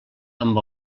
amb